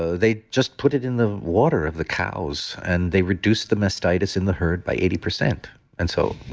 ah they just put it in the water of the cows and they reduce the mastitis in the herd by eighty percent and so,